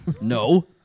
No